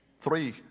three